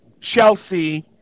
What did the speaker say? Chelsea